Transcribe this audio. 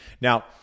Now